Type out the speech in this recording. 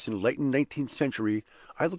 in this enlightened nineteenth century,